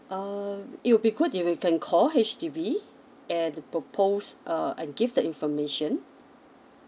um it would be good if you can call H_D_B and uh propose uh and give the information